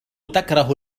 تكره